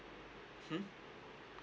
hmm